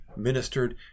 ministered